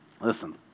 Listen